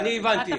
אני הבנתי.